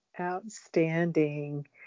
Outstanding